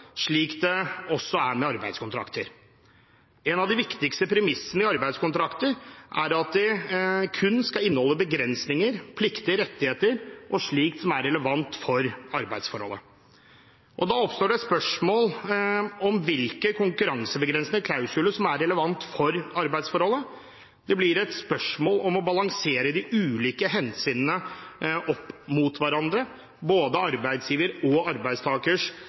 slik det også er med arbeidskontrakter. En av de viktigste premissene i arbeidskontrakter er at de kun skal inneholde begrensninger, plikter, rettigheter og slikt som er relevant for arbeidsforholdet. Da oppstår det et spørsmål om hvilke konkurransebegrensende klausuler som er relevante for arbeidsforholdet. Det blir et spørsmål om å balansere de ulike hensynene opp mot hverandre – både arbeidsgivers og arbeidstakers